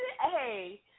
Hey